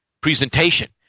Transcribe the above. presentation